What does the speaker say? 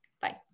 Bye